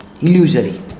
Illusory